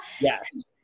Yes